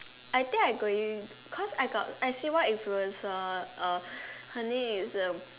I think I going cause I got I see one influencer uh her name is uh